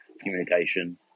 communication